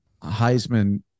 Heisman